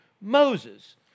Moses